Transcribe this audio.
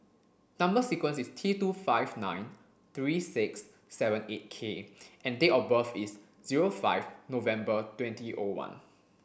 number sequence is T two five nine three six seven eight K and date of birth is zero five November twenty O one